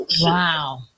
Wow